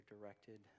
directed